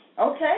okay